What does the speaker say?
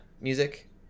music